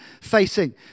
facing